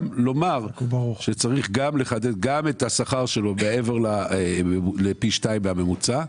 לומר שצריך גם לחדד גם את השכר שלו מעבר לפי שתיים מהממוצע.